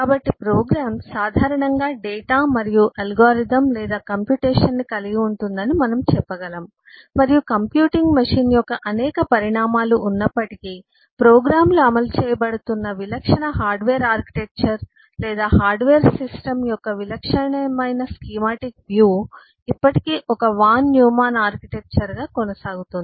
కాబట్టి ప్రోగ్రామ్ సాధారణంగా డేటా మరియు అల్గోరిథం లేదా కంప్యూటేషన్ ను కలిగి ఉంటుందని మనము చెప్పగలం మరియు కంప్యూటింగ్ మెషీన్ యొక్క అనేక పరిణామాలు ఉన్నప్పటికీ ప్రోగ్రామ్లు అమలు చేయబడుతున్న విలక్షణ హార్డ్వేర్ ఆర్కిటెక్చర్ లేదా హార్డ్వేర్ సిస్టమ్ యొక్క విలక్షణమైన స్కీమాటిక్ వ్యూ ఇప్పటికీ ఒక వాన్ న్యూమాన్ ఆర్కిటెక్చర్గా కొనసాగుతుంది